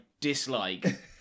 dislike